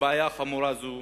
שבעיה חמורה זו